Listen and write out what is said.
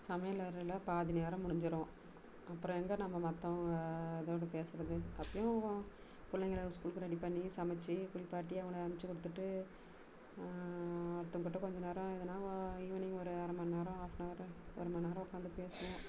சமையலறையில் பாதி நேரம் முடிஞ்சுடும் அப்புறம் எங்கே நம்ம மற்றவங்க அதோடய பேசுறது அப்போயும் பிள்ளைங்கள ஸ்கூலுக்கு ரெடி பண்ணி சமைத்து குளிப்பாட்டி அவங்களை அனுச்சி கொடுத்துட்டு ஒருத்தவங்ககிட்டே கொஞ்ச நேரம் எதனா ஈவினிங் ஒரு அரை மணி நேரம் ஹாஃப்பனவர் ஒரு மணி நேரம் உட்காந்து பேசுவோம்